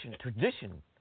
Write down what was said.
tradition